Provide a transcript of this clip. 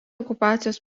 okupacijos